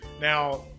Now